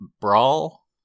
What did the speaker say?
Brawl